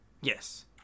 Yes